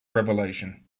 revelation